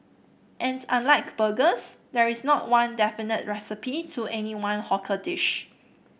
and unlike burgers there is not one definitive recipe to any one hawker dish